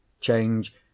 change